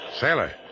Sailor